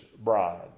bride